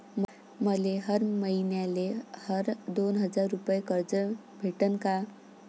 मले हर मईन्याले हर दोन हजार रुपये कर्ज भेटन का?